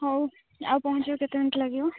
ହଉ ଆଉ ପହଞ୍ଚିବାକୁ କେତେ ମିନିଟ୍ ଲାଗିବ